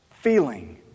feeling